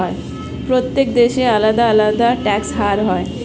প্রত্যেক দেশে আলাদা আলাদা ট্যাক্স হার হয়